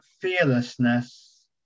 fearlessness